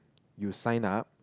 you sign up